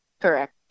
correct